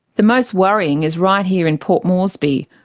the most worrying is right here, in port moresby,